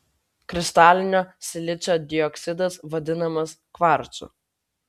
kristalinio silicio dioksidas vadinamas kvarcu